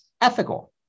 ethical